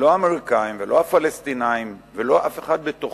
לא האמריקנים, לא הפלסטינים ולא אף אחד בתוכם